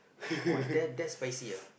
!wah! that that spicy ah